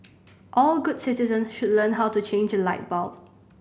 all good citizens should learn how to change a light bulb